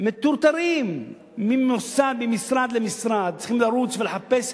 מטורטרים ממשרד למשרד למשרד, צריכים לרוץ ולחפש.